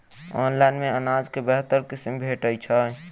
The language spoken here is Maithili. ऑनलाइन मे अनाज केँ बेहतर किसिम भेटय छै?